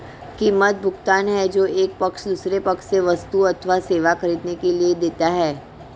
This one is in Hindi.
कीमत, भुगतान है जो एक पक्ष दूसरे पक्ष से वस्तु अथवा सेवा ख़रीदने के लिए देता है